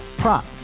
Prop